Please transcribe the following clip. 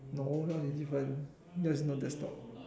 no now is different yours is not desktop